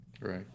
Right